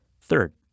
Third